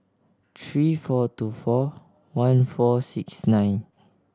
three four two four one four six nine